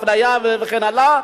אפליה וכן הלאה,